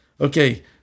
Okay